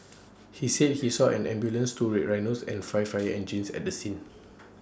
he said he saw an ambulance two red Rhinos and five fire engines at the scene